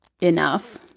enough